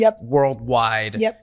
worldwide